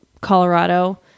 Colorado